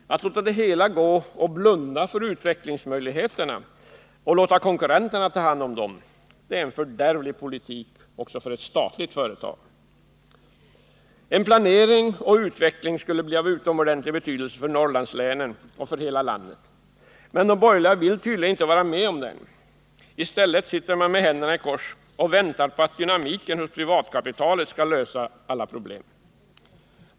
Att låta det hela gå, att blunda för utvecklingsmöjligheterna och låta konkurrenterna ta hand om dessa, det är en fördärvlig politik också för ett statligt företag. En planering och en utveckling skulle bli av utomordentlig betydelse för Norrlandslänen och för hela landet. Men de borgerliga vill tydligen inte vara med om detta. I stället sitter man med händerna i kors och väntar på att dynamiken hos privatkapitalet skall lösa alla problem.